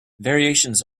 variations